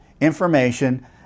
information